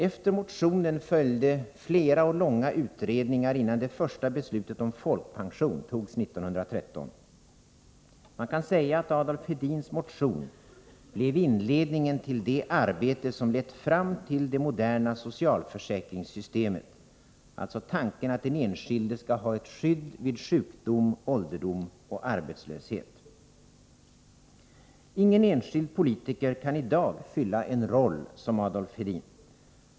Efter motionen följde flera och långa utredningar innan det första beslutet om folkpension togs 1913. Man kan säga att Adolf Hedins motion blev inledningen till det arbete som lett fram till det moderna socialförsäkringssystemet, alltså tanken att den enskilde skall ha ett skydd vid sjukdom, ålderdom och arbetslöshet. Ingen enskild politiker kan i dag fylla en roll som Adolf Hedins.